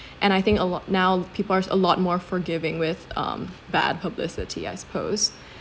I think a lot now people are a lot more forgiving with um bad publicity I suppose